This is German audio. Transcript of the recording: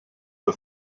der